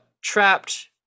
trapped